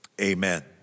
amen